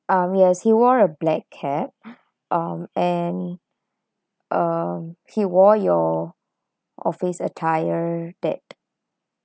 um yes he wore a black cap um and uh he wore your office attire that